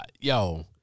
yo